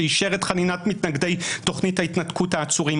שאישר את חנינת מתנגדי תוכנית ההתנתקות העצורים,